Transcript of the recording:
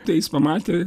tai jis pamatė